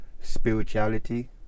spirituality